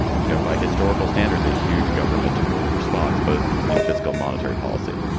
you know, by historical standards, a huge government response, both in fiscal monetary policy.